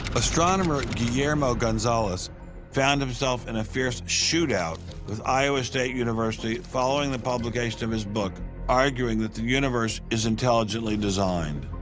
astronomer guillermo gonzalez found himself in a fierce shootout with iowa state university, following the publication of his book arguing that the universe is intelligently designed.